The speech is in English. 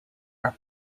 are